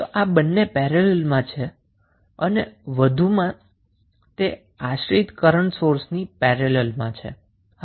તો આ બંને પેરેલલમાં છે અને વધુમાં તે ડિપેન્ડન્ટ કરન્ટ સોર્સની પેરેલલમાં છે